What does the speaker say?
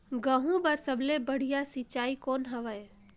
गहूं बर सबले बढ़िया सिंचाई कौन हवय?